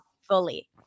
fully